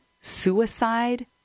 suicide